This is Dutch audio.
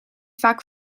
vaak